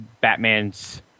Batman's